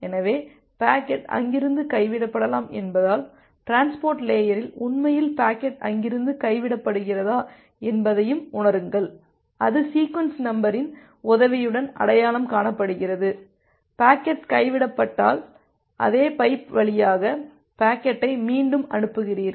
எனவே பாக்கெட் அங்கிருந்து கைவிடப்படலாம் என்பதால் டிரான்ஸ்போர்ட் லேயரில் உண்மையில் பாக்கெட் அங்கிருந்து கைவிடப்படுகிறதா என்பதையும் உணருங்கள் அது சீக்வென்ஸ் நம்பரின் உதவியுடன் அடையாளம் காணப்படுகிறது பாக்கெட் கைவிடப்பட்டால் அதே பைப் வழியாக பாக்கெட்டை மீண்டும் அனுப்புகிறீர்கள்